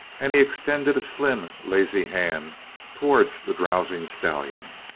and he extended a slim, lazy hand towards the drowsing stallion.